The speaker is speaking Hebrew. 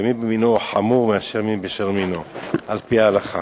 ומין במינו הוא חמור מאשר מין בשאינו מינו על-פי ההלכה.